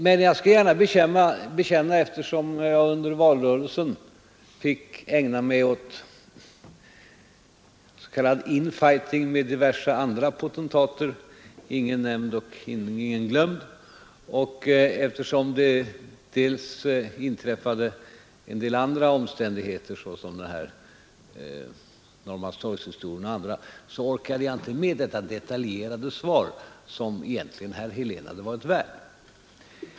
Men jag skall gärna bekänna att eftersom jag under valrörelsen fick ägna mig åt s.k. infighting med diverse andra potentater — ingen nämnd och ingen glömd — och eftersom det också inträffade en hel del andra omständigheter såsom Norrmalmstorgshändelserna och annat, så orkade jag inte med det detaljerade svar som herr Helén egentligen hade varit värd.